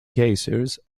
geysers